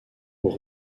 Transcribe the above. aux